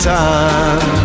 time